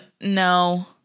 no